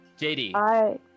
JD